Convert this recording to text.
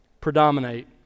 predominate